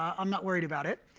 ah i'm not worried about it.